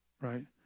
right